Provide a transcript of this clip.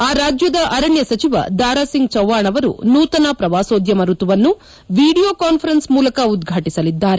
ಆ ರಾಜ್ಯದ ಅರಣ್ಯ ಸಚಿವ ದಾರಾಸಿಂಗ್ ಚೌವ್ವಾಣ್ ಅವರು ನೂತನ ಪ್ರವಾಸೋದ್ತಮ ಋತುವನ್ನು ವೀಡಿಯೊ ಕಾನ್ಫರೆನ್ಸ್ ಮೂಲಕ ಉದ್ಘಾಟಿಸಲಿದ್ದಾರೆ